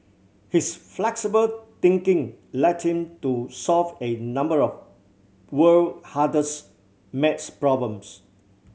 his flexible thinking led him to solve a number of world hardest math problems